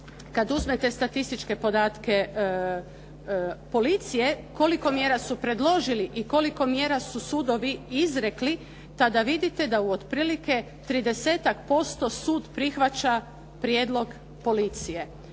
kad uzmete statističke podatke policije koliko mjera su predložili i koliko mjera su sudovi izrekli tada vidite da u otprilike 30-tak % sud prihvaća prijedlog policije